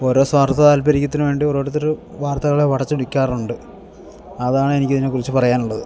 ഓരോ സ്വാർത്ഥ താല്പര്യത്തിനുവേണ്ടി ഓരോരുത്തർ വാർത്തകളെ വളച്ചൊടിക്കാറുണ്ട് അതാണെനിക്ക് അതിനെക്കുറിച്ച് പറയാനുള്ളത്